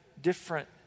different